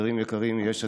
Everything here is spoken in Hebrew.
חברים יקרים מיש עתיד,